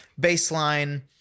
baseline